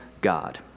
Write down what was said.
God